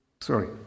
sorry